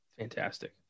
Fantastic